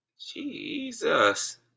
Jesus